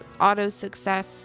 auto-success